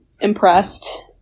impressed